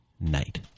night